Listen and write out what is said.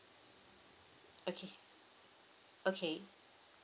okay okay